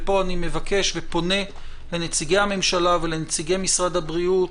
ופה אני מבקש ופונה לנציגי הממשלה ולנציגי משרד הבריאות,